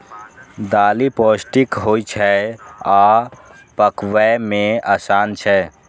दालि पौष्टिक होइ छै आ पकबै मे आसान छै